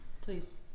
Please